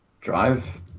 Drive